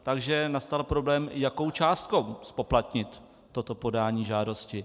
Takže nastal problém, jakou částkou zpoplatnit toto podání žádosti.